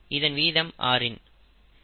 இதன் வீதம் rin